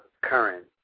current